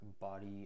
body